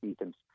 Ethan's